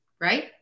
right